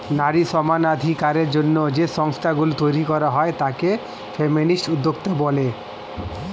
নারী সমানাধিকারের জন্য যে সংস্থা গুলো তৈরী করা হয় তাকে ফেমিনিস্ট উদ্যোক্তা বলে